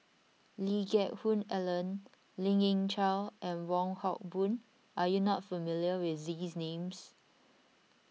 Lee Geck Hoon Ellen Lien Ying Chow and Wong Hock Boon are you not familiar with these names